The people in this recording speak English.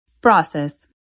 Process